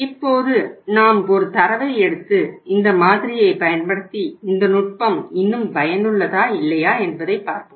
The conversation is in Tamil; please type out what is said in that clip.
இப்போது நாம் ஒரு தரவை எடுத்து இந்த மாதிரியைப் பயன்படுத்தி இந்த நுட்பம் இன்னும் பயனுள்ளதா இல்லையா என்பதை பார்ப்போம்